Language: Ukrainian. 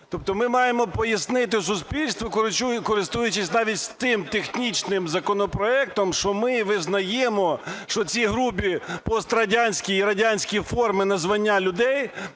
тобто ми маємо пояснити суспільству, користуючись навіть тим технічним законопроектом, що ми визнаємо, що ці грубі пострадянські і радянські форми називання людей,